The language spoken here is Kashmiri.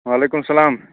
وعلیکُم سَلام